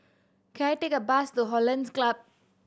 can I take a bus to Hollandse Club